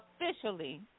officially